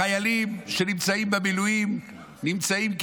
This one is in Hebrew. החיילים שבמילואים נמצאים,